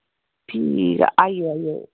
ठीक ऐ आई जाओ आई जाओ